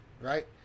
right